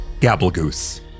Gabblegoose